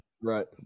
Right